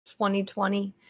2020